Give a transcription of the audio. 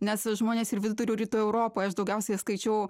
nes žmonės ir vidurio rytų europoje aš daugiausiai skaičiau